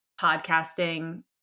podcasting